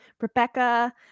Rebecca